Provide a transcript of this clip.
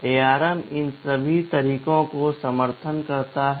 ARM इन सभी तरीकों का समर्थन करता है